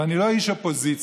ואני לא איש אופוזיציה.